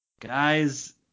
guys